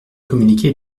communiquer